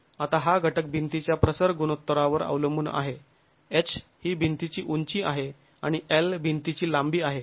आता हा घटक भिंतीच्या प्रसर गुणोत्तरावर अवलंबून आहे H ही भिंतीची उंची आहे आणि l भिंतीची लांबी आहे